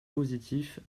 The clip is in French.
positif